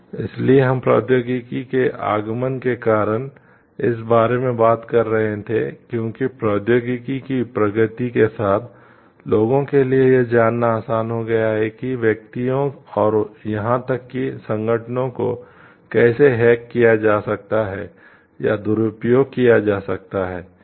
इसलिए हम प्रौद्योगिकी के आगमन के कारण इस बारे में बात कर रहे थे क्योंकि प्रौद्योगिकी की प्रगति के साथ लोगों के लिए यह जानना आसान हो गया है कि व्यक्तियों और यहां तक कि संगठनों को कैसे हैक किया जा सकता है या दुरुपयोग किया जा सकता है